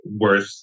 worth